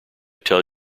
tell